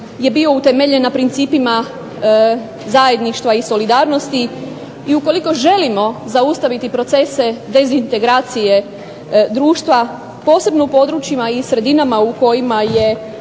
je bio utemeljen na principima zajedništva i solidarnosti, i ukoliko želimo zaustaviti procese dezintegracije društva, posebno u područjima i sredinama u kojima je